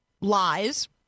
lies